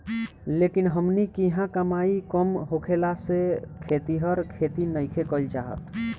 लेकिन हमनी किहाँ कमाई कम होखला से खेतिहर खेती नइखे कईल चाहत